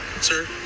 Sir